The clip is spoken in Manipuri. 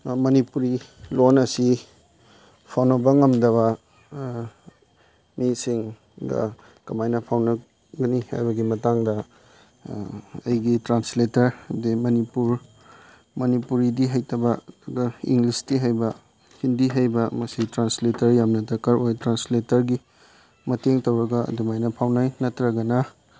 ꯃꯅꯤꯄꯨꯔꯤ ꯂꯣꯟ ꯑꯁꯤ ꯐꯥꯎꯅꯕ ꯉꯝꯗꯕ ꯃꯤꯁꯤꯡꯒ ꯀꯃꯥꯏꯅ ꯐꯥꯎꯅꯒꯅꯤ ꯍꯥꯏꯕꯒꯤ ꯃꯇꯥꯡꯗ ꯑꯩꯒꯤ ꯇ꯭ꯔꯥꯟꯁꯂꯦꯇꯔ ꯍꯥꯏꯗꯤ ꯃꯅꯤꯄꯨꯔ ꯃꯅꯤꯄꯨꯔꯤꯗꯤ ꯍꯩꯇꯕ ꯑꯗꯨꯒ ꯏꯪꯂꯤꯁꯇꯤ ꯍꯩꯕ ꯍꯤꯟꯗꯤ ꯍꯩꯕ ꯃꯁꯤ ꯇ꯭ꯔꯥꯟꯁꯂꯦꯇꯔ ꯌꯥꯝꯅ ꯗꯔꯀꯥꯔ ꯑꯣꯏ ꯇ꯭ꯔꯥꯟꯁꯂꯦꯇꯔꯒꯤ ꯃꯇꯦꯡ ꯇꯧꯔꯒ ꯑꯗꯨꯃꯥꯏꯅ ꯐꯥꯎꯅꯩ ꯅꯠꯇ꯭ꯔꯒꯅ